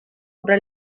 obra